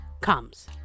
comes